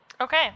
Okay